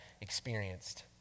experienced